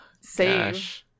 save